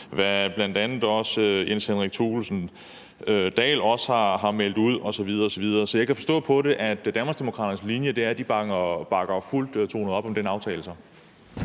hvad bl.a. hr. Jens Henrik Thulesen Dahl har meldt ud osv. osv. Men jeg kan forstå, at Danmarksdemokraternes linje er, at de bakker fuldtonet op om den aftale.